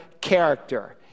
character